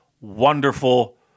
wonderful